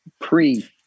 pre